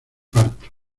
parto